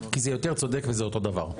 כי זה יותר צודק וזה אותו דבר.